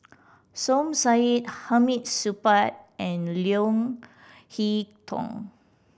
Som Said Hamid Supaat and Leo Hee Tong